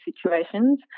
situations